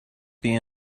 their